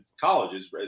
colleges